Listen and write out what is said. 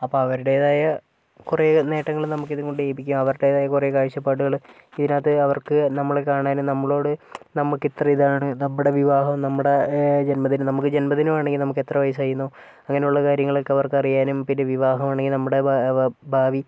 അപ്പ അവരടെതായ കൊറേ നേട്ടങ്ങള് നമ്മക്ക് ഇതുംകൊണ്ട് ലഭിക്കും അവർടേതായ കുറെ കാഴ്ചപ്പാടുകള് ഇതിനകത്ത് അവർക്ക് നമ്മള് കാണാനും നമ്മളോട് നമുക്ക് ഇത്ര ഇതാണ് നമ്മടെ വിവാഹം നമ്മുടെ ജന്മദിനം നമുക്ക് ജന്മദിനം ആണെങ്കിൽ നമ്മൾക്കെത്ര വയസായിന്നോ അങ്ങനുള്ള കാര്യങ്ങളൊക്കെ അവർക്കറിയാനും പിന്നെ വിവാഹാണെങ്കിൽ നമ്മടെ ഭാ ഭാവി